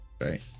Right